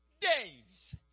days